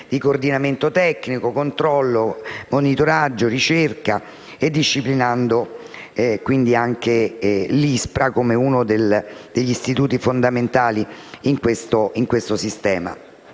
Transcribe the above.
di coordinamento tecnico, controllo, monitoraggio e ricerca, disciplinando anche l'ISPRA come uno degli istituti fondamentali in questo sistema.